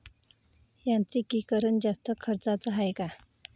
यांत्रिकीकरण जास्त खर्चाचं हाये का?